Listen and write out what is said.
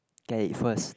get it first